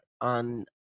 on